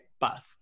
bus